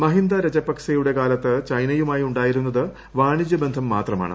മഹിന്ദ രജപക്സെയുടെ കാലത്ത് ചൈനയുമായി ഉണ്ട്ട്ടായിരുന്നത് വാണിജ്യബന്ധം മാത്രമാണ്